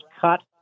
cut